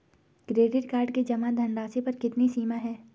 Credit card की जमा धनराशि पर कितनी सीमा है?